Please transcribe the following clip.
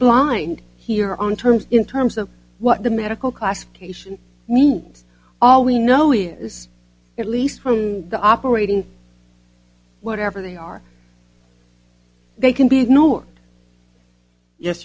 blind here on terms in terms of what the medical classification means all we know is at least from the operating whatever they are they can be ignored yes